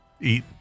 Eat